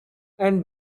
and